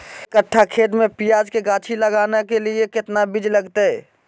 एक कट्ठा खेत में प्याज के गाछी लगाना के लिए कितना बिज लगतय?